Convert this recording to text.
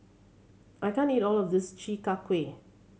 I can't eat all of this Chi Kak Kuih